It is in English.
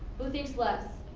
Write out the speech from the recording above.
who thinks less?